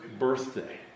Birthday